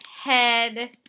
head